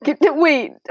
wait